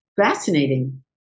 fascinating